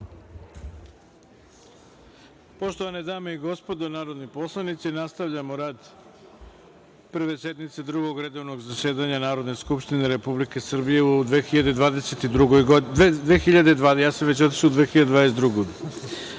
Poštovane dame i gospodo narodni poslanici, nastavljamo rad Prve sednice Drugog redovnog zasedanja Narodne skupštine Republike Srbije u 2020. godini. Na osnovu službene